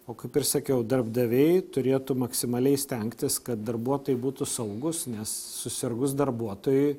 o kaip ir sakiau darbdaviai turėtų maksimaliai stengtis kad darbuotojai būtų saugūs nes susirgus darbuotojui